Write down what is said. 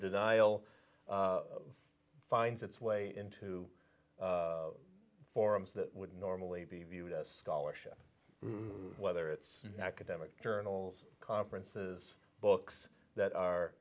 denial finds its way into forums that would normally be viewed as scholarship whether it's academic journals conferences books that are